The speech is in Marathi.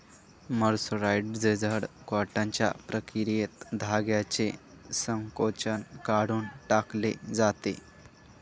मर्सराइज्ड कॉटनच्या प्रक्रियेत धाग्याचे संकोचन काढून टाकले जाते